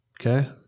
Okay